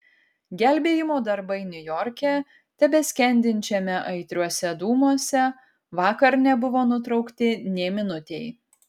gelbėjimo darbai niujorke tebeskendinčiame aitriuose dūmuose vakar nebuvo nutraukti nė minutei